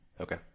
okay